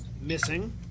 Missing